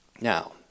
Now